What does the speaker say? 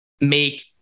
make